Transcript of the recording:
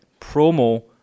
promo